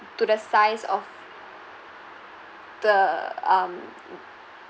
to the size of the um